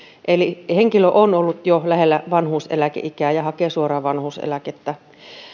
henkilö on ollut jo lähellä vanhuus eläkeikää ja hakee suoraan vanhuuseläkettä